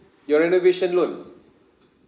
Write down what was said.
your renovation loan